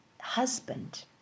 husband